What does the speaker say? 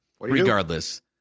regardless